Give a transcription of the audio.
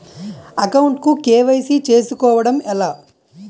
Account కు KYC చేసుకోవడం ఎలా?